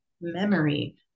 memory